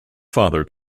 father